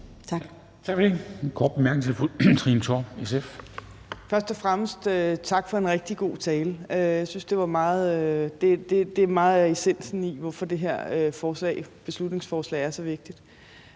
Kl. 10:58 Trine Torp (SF): Først og fremmest tak for en rigtig god tale. Jeg synes, det var meget af essensen i, hvorfor det her beslutningsforslag er så vigtigt.